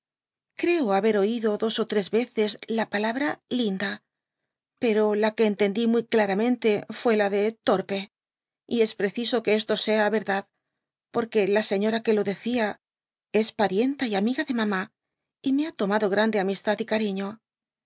creo haber oído dos ó tres veces la palabra linda pero la que entendí muy claramente fué la de torpe y es preciso que esto sea verdad porque la señora que lo decía es parienta y amiga de mamd y me ha tomado gi'ande amistad y carino